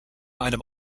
einem